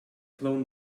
clone